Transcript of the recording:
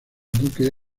duque